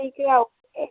ठीक ऐ ओके